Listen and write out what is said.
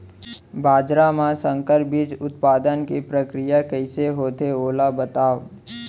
बाजरा मा संकर बीज उत्पादन के प्रक्रिया कइसे होथे ओला बताव?